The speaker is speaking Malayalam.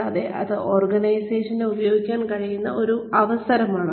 കൂടാതെ അത് ഓർഗനൈസേഷനുകൾക്ക് ഉപയോഗിക്കാൻ കഴിയുന്ന ഒരു അവസരമാണ്